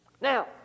Now